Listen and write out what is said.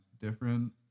different